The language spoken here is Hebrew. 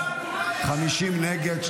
50 נגד,